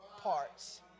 parts